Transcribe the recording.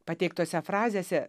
pateiktose frazėse